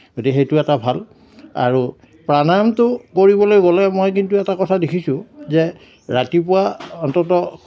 গতিকে সেইটো এটা ভাল আৰু প্ৰাণায়ামটো কৰিবলৈ গ'লে মই কিন্তু এটা কথা দেখিছোঁ যে ৰাতিপুৱা অন্ততঃ